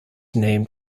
named